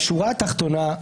בשורה התחתונה,